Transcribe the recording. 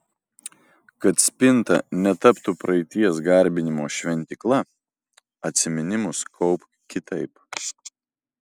kad spinta netaptų praeities garbinimo šventykla atsiminimus kaupk kitaip